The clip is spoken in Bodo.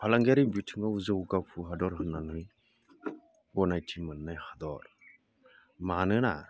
फालांगियारि बिथिङाव जौगाफु हादर होननानै गनायथि मोननाय हादर मानोना